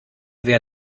wer